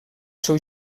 seu